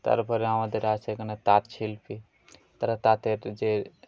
তারপরে আমাদের আছে এখানে তাঁত শিল্পী তারা তাঁতের যে